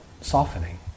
softening